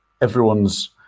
everyone's